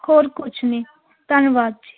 ਹੋਰ ਕੁਛ ਨਹੀਂ ਧੰਨਵਾਦ ਜੀ